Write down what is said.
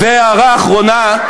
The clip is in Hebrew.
והערה אחרונה,